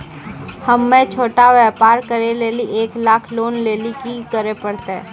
हम्मय छोटा व्यापार करे लेली एक लाख लोन लेली की करे परतै?